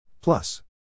Plus